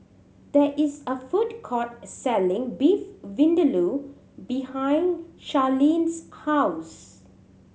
there is a food court selling Beef Vindaloo behind Charlene's house